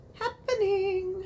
happening